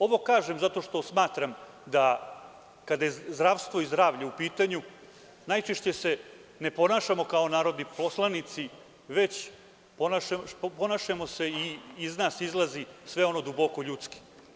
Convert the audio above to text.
Ovo kažem zato što smatram da kada je zdravstvo i zdravlje u pitanju, najčešće se ne ponašamo kao narodni poslanici, već se ponašamo i iz nas izlazi sve ono duboko ljudski.